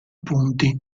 punti